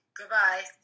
goodbye